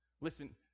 Listen